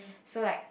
so like